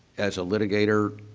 as a litigator,